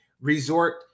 resort